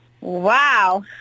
Wow